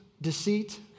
deceit